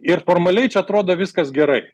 ir formaliai čia atrodo viskas gerai